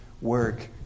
work